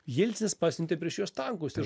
jelcinas pasiuntė prieš juos tankus ir